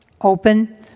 open